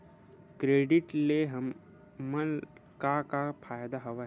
Credit ले हमन का का फ़ायदा हवय?